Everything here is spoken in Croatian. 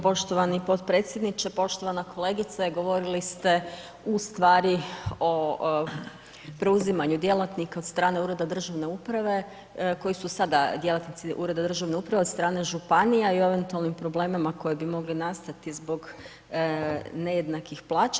Hvala lijepo poštovani potpredsjedniče, poštovana kolegice govorili ste u stvari o preuzimanju djelatnika od strane ureda državne uprave koji su sada djelatnici ureda državne uprave, od strane županija i eventualnim problemima koji bi mogli nastati zbog nejednakih plaća.